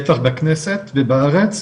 בטח בכנסת ובארץ,